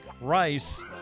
Rice